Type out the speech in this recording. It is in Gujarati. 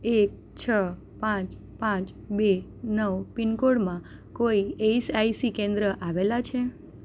એક છ પાંચ પાચ બે નવ પિનકોડમાં કોઈ ઇસઆઇસી કેન્દ્રો આવેલાં છે